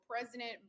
President